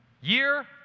Year